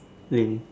lame